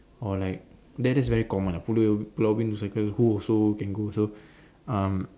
or like there that's very common ah pulau Pulau-Ubin to cycle who also can go also um